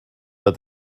but